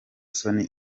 soni